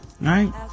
Right